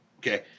Okay